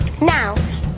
Now